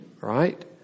Right